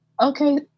okay